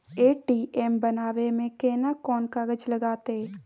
ATM बनाबै मे केना कोन कागजात लागतै?